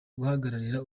guhagararira